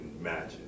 imagine